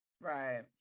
Right